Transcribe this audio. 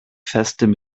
festem